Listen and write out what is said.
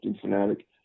fanatic